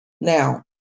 now